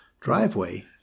driveway